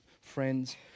friends